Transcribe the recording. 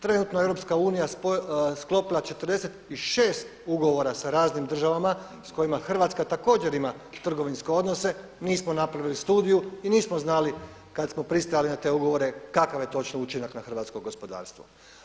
Trenutno je Europska unija sklopila 46 ugovora sa raznim državama s kojima Hrvatska također ima trgovinske odnose, nismo napravili studiju i nismo znali kad smo pristali na te ugovore, kakav je točno učinak na hrvatsko gospodarstvo.